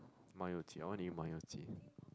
ma you ji I want to eat ma you ji